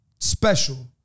Special